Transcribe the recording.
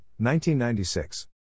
1996